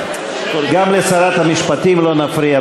גם לשרת המשפטים לא נפריע.